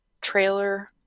trailer